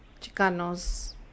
Chicanos